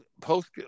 post